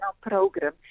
program